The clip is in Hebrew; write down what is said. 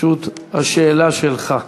זכות השאלה שלך.